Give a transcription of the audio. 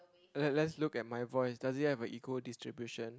let's let's look at my voice does it have a equal distribution